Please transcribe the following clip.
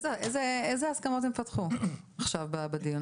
איזה הסכמות הם פתחו עשיו בדיון?